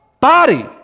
Body